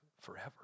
forever